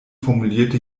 formulierte